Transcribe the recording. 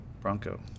bronco